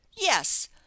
Yes